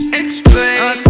explain